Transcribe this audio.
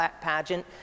pageant